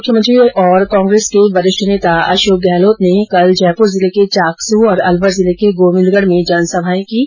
मुख्यमंत्री और कांग्रेस के वरिष्ठ नेता अषोक गहलोत ने कल जयपूर जिले के चाकसू तथा अलवर जिले के गोविन्दगढ में जनसभाए कीं